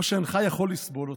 או שאינך יכול לסבול אותה.